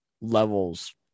levels